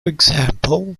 example